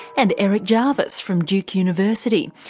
and eric jarvis from duke university.